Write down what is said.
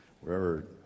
wherever